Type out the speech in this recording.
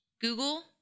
Google